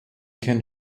can